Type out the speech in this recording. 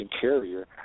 carrier